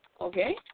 Okay